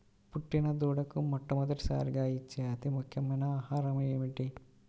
పుట్టిన దూడకు మొట్టమొదటిసారిగా ఇచ్చే అతి ముఖ్యమైన ఆహారము ఏంటి?